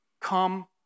come